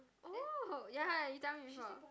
oh you tell me before